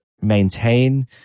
maintain